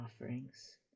offerings